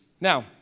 Now